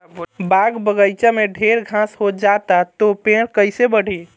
बाग बगइचा में ढेर घास हो जाता तो पेड़ कईसे बढ़ी